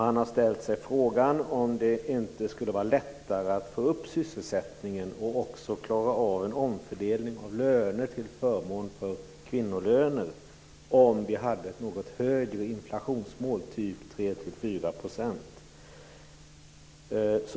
Han har ställt sig frågan om det inte skulle vara lättare att få upp sysselsättningen, och också klara av en omfördelning av löner till förmån för kvinnolöner, om vi hade ett något högre inflationsmål, typ 3-4 %.